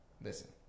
Listen